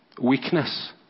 weakness